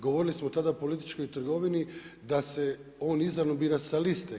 Govorili smo tada o političkoj trgovini da se on izravno bira sa liste.